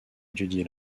étudié